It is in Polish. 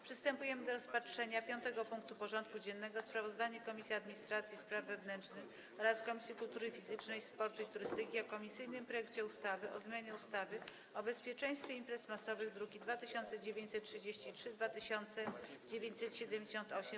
Przystępujemy do rozpatrzenia punktu 5. porządku dziennego: Sprawozdanie Komisji Administracji i Spraw Wewnętrznych oraz Komisji Kultury Fizycznej, Sportu i Turystyki o komisyjnym projekcie ustawy o zmianie ustawy o bezpieczeństwie imprez masowych (druki nr 2933 i 2978)